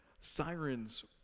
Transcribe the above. Sirens